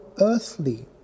earthly